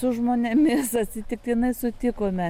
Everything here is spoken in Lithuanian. su žmonėmis atsitiktinai sutikome